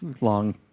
long